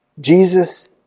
Jesus